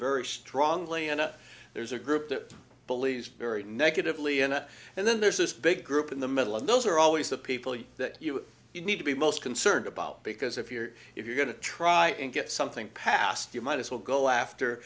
very strongly and there's a group that believes very negatively in it and then there's this big group in the middle and those are always the people that you need to be most concerned about because if you're if you're going to try and get something passed you might as well go after